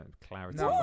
clarity